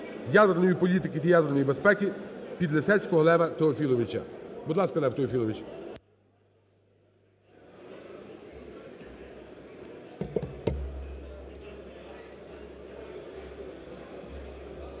ядерної політики та ядерної безпеки Підлісецького Лева Теофіловича. Будь ласка, Лев Теофілович.